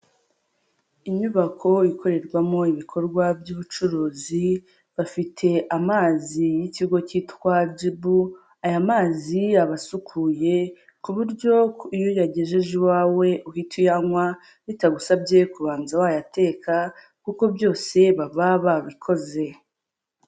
Inyubako ikorerwamo ibikorwa by'ubucuruzi bafite amazi y'ikigo cyitwa jibu, aya mazi aba asukuye ku buryo iyo uyagejeje iwawe uhita uyanywa bitagusabye kubanza wayateka kuko byose baba babikoze.